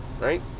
right